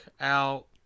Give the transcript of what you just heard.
out